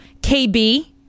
KB